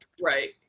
right